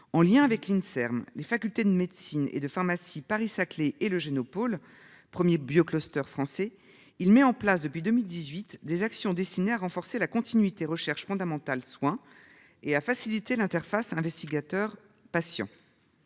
en lien avec l'INSERM, les facultés de médecine et de pharmacie Paris-Saclay et le Génopôle, 1er biocluster français, il met en place depuis 2018 des actions destinées à renforcer la continuité recherche fondamentale soin et à faciliter l'interface investigateurs patients.